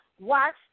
Watch